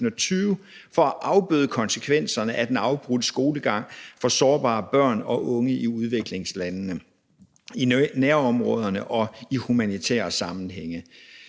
for at afbøde konsekvenserne af den afbrudte skolegang for sårbare børn og unge i udviklingslandene, i nærområderne og i humanitære sammenhænge.